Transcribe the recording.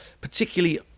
particularly